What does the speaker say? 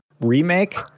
remake